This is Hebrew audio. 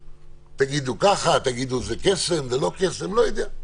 תגידו שזה קסם או לא לא יודע.